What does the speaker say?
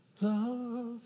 Love